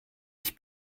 ich